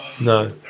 no